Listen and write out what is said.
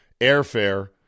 airfare